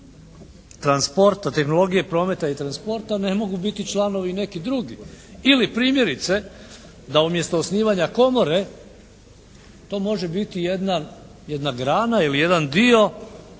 transporta, tehnologije, prometa i transporta ne mogu biti članovi neki drugi. Ili primjerice da umjesto osnivanja komore to može biti jedna grana ili jedan dio